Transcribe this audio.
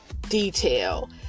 detail